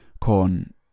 Corn